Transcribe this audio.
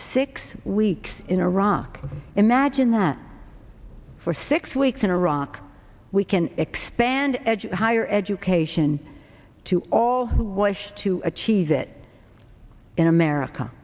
six weeks in iraq imagine that for six weeks in iraq we can expand edge higher education to all who wish to achieve it in america